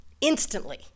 instantly